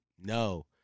No